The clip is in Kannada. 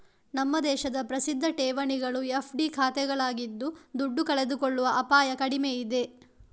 ನಮ್ಮ ದೇಶದ ಪ್ರಸಿದ್ಧ ಠೇವಣಿಗಳು ಎಫ್.ಡಿ ಖಾತೆಗಳಾಗಿದ್ದು ದುಡ್ಡು ಕಳೆದುಕೊಳ್ಳುವ ಅಪಾಯ ಕಡಿಮೆ ಇದೆ